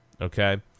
okay